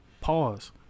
Pause